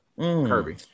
Kirby